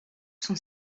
sont